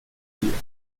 policía